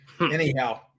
Anyhow